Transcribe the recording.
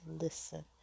listen